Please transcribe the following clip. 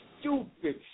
stupid